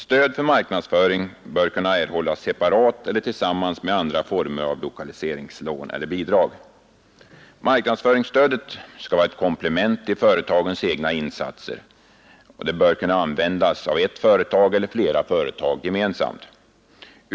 Stöd för marknadsföring bör kunna erhållas separat eller tillsammans med andra former av lokaliseringslån eller bidrag. Marknadsföringsstödet skall vara ett komplement till företagens egna insatser och det bör kunna användas av ett företag eller flera företag gemensamt.